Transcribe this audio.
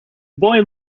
boy